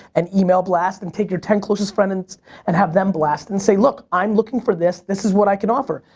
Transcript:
and e-mail blast and take your ten closest friends and have them blast and say look, i'm looking for this, this is what i can offer.